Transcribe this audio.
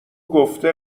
گفته